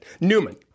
Newman